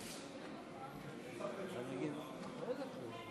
הגיע הזמן שמדינת ישראל,